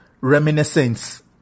reminiscence